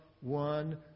one